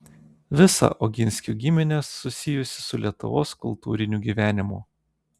visa oginskių giminė susijusi su lietuvos kultūriniu gyvenimu